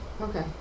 Okay